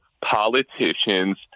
politicians